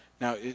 now